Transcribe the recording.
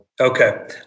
Okay